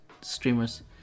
streamers